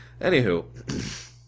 Anywho